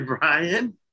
brian